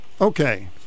Okay